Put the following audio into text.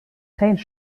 geen